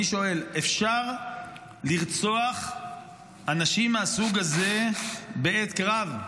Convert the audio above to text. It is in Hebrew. אני שואל: אפשר לרצוח אנשים מהסוג הזה בעת קרב?